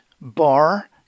bar